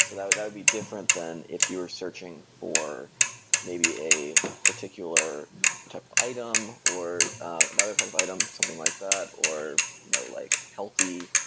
so that would that would be different than if you were searching for maybe a particular type of item or another type of item, something like that, or you know like healthy,